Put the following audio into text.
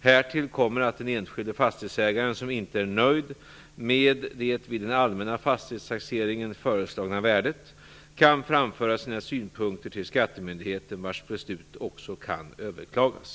Härtill kommer att den enskilde fastighetsägare som inte är nöjd med det vid den allmänna fastighetstaxeringen föreslagna värdet kan framföra sina synpunkter till skattemyndigheten vars beslut också kan överklagas.